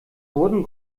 wurden